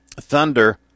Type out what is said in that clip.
Thunder